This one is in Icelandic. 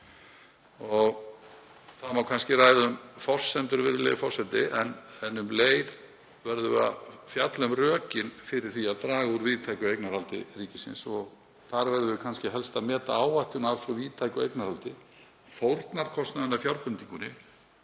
aðila. Og kannski má ræða um forsendur, virðulegi forseti, en um leið verðum við að fjalla um rökin fyrir því að draga úr víðtæku eignarhaldi ríkisins. Þar verðum við kannski helst að meta áhættuna af svo víðtæku eignarhaldi, fórnarkostnaðinn af fjárbindingunni